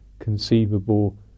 conceivable